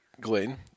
Glenn